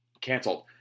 canceled